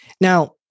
Now